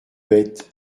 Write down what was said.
bête